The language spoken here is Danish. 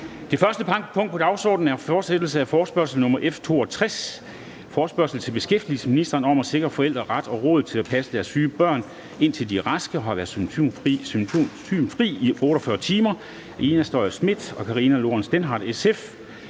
Det første punkt på dagsordenen er: 1) Fortsættelse af forespørgsel nr. F 62 [afstemning]: Forespørgsel til beskæftigelsesministeren om at sikre, at forældre har ret og råd til at passe deres syge børn, indtil de er raske og har været symptomfrie i 48 timer.